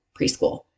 preschool